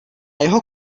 jeho